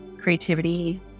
creativity